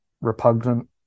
repugnant